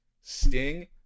Sting